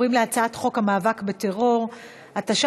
ועוברים להצעת חוק המאבק בטרור (תיקון מס' 4),